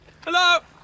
hello